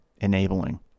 enabling